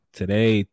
today